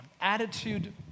attitude